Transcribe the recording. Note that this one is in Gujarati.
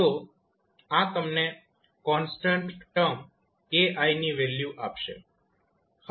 તો આ તમને કોન્સ્ટન્ટ ટર્મ 𝑘𝑖 ની વેલ્યુ આપશે